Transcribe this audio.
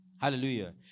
Hallelujah